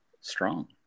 strong